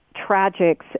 tragics